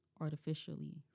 artificially